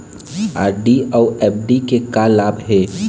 RD अऊ FD के का लाभ हे?